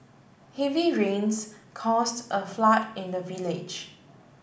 heavy rains caused a flood in the village